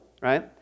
right